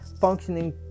functioning